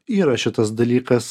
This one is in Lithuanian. yra šitas dalykas